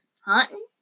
hunting